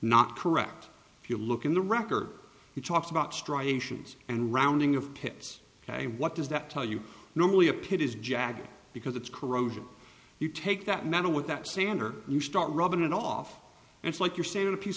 not correct if you look in the records he talks about striking actions and rounding of pits ok what does that tell you normally a pit is jagged because it's corrosion you take that metal with that sander you start rubbing it off and it's like you're saying a piece